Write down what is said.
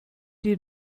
die